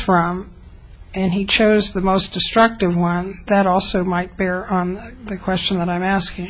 from and he chose the most destructive one that also might bear on the question that i'm asking